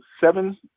seven